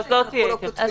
אדוני, אז לא תהיה התייחסות.